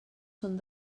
són